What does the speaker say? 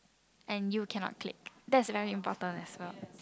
and you cannot click that's very important as well